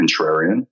contrarian